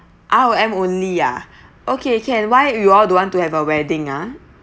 R_O_M only ah okay can why you all don't want to have a wedding ah